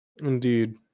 Indeed